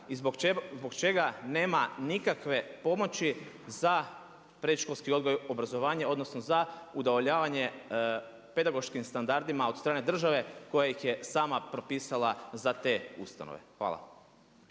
I zbog čega nema nikakve pomoći za predškolski odgoj i obrazovanje odnosno za udovoljavanje pedagoškim standardima od strane države koja ih je sama propisala za te ustanove? Hvala.